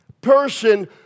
person